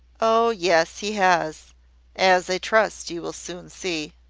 oh, yes, he has as i trust you will soon see.